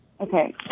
Okay